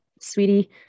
sweetie